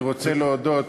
אני רוצה להודות